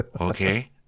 Okay